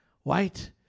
White